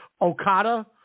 Okada